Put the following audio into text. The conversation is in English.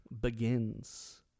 begins